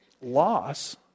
loss